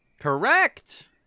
Correct